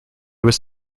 was